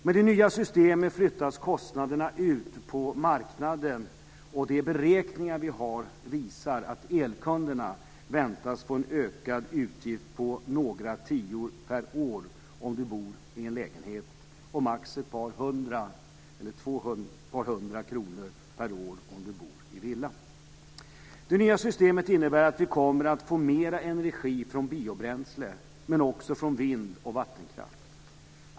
Med det nya systemet flyttas kostnaderna ut på marknaden, och de beräkningar vi har visar att elkunderna väntas få en ökad utgift med några tior per år om man bor i en lägenhet och max ett par hundra kronor per år om man bor i en villa. Det nya systemet innebär att vi kommer att få mer energi från biobränsle, men också från vind och vattenkraft.